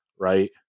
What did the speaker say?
right